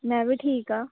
में बी ठीक आं